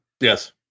Yes